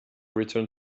return